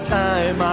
time